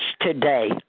today